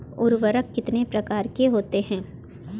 उर्वरक कितने प्रकार के होते हैं?